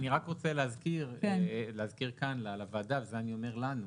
אני רוצה להזכיר לוועדה, ואת זה אני אומר לנו: